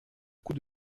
coups